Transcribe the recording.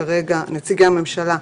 נציגי ממשלה,